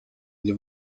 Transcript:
для